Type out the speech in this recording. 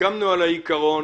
סיכמנו על העיקרון.